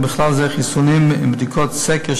ובכלל זה חיסונים ובדיקות סקר,